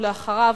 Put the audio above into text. ואחריו,